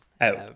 Out